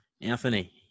Anthony